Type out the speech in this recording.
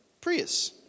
Prius